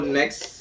next